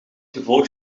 gevolg